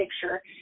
picture